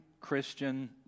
Christian